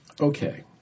Okay